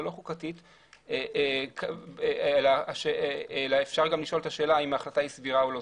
לא אלא אפשר לשאול האם השאלה סבירה או לא.